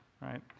right